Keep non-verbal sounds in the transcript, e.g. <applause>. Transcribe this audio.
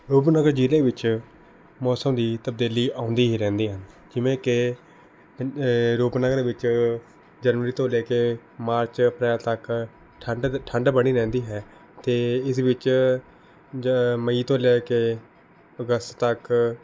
ਰੂਪਨਗਰ ਜ਼ਿਲ੍ਹੇ ਵਿੱਚ ਮੌਸਮ ਦੀ ਤਬਦੀਲੀ ਆਉਂਦੀ ਹੀ ਰਹਿੰਦੀ ਹੈ ਜਿਵੇਂ ਕਿ <unintelligible> ਰੂਪਨਗਰ ਵਿੱਚ ਜਨਵਰੀ ਤੋਂ ਲੈ ਕੇ ਮਾਰਚ ਅਪ੍ਰੈਲ ਤੱਕ ਠੰਡਕ ਠੰਡ ਬਣੀ ਰਹਿੰਦੀ ਹੈ ਅਤੇ ਇਸ ਵਿੱਚ ਜ ਮਈ ਤੋਂ ਲੈ ਕੇ ਅਗਸਤ ਤੱਕ